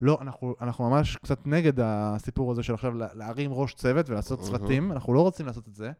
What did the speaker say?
לא, אנחנו אנחנו ממש קצת נגד הסיפור הזה של עכשיו להרים ראש צוות ולעשות סרטים, אנחנו לא רוצים לעשות את זה.